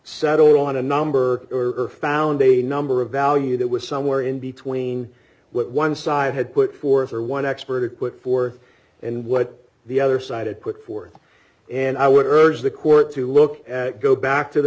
settled on a number or found a number of value that was somewhere in between what one side had put forth or one expert equipped for and what the other side it put forth d and i would urge the court to look at go back to the